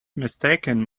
mistaken